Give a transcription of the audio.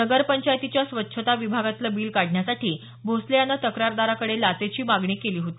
नगर पंचायतीच्या स्वच्छता विभागातलं बील काढण्यासाठी भोसले याने तक्रारदाराकडे लाचेची मागणी केली होती